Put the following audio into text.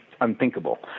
unthinkable